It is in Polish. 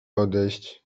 odejść